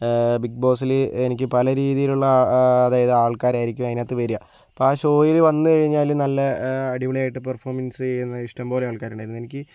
big ബോസില് എനിക്ക് പലരീതിയിലുള്ള അതായത് ആൾക്കാരായിരിക്കും അതിനകത്ത് വരിക അപ്പോൾ ആ ഷോയിൽ വന്നു കഴിഞ്ഞാല് നല്ല അടിപൊളിയായിട്ട് പെർഫോമൻസ് ചെയ്യുന്ന ഇഷ്ടം പോലെ ആൾക്കാരുണ്ടായിരുന്നു എനിക്ക്